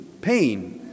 pain